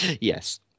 Yes